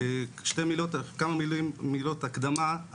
כמה מילות הקדמה.